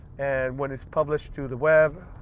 and when it's published to the web,